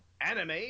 Anime